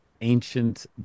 ancient